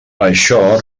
això